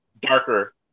darker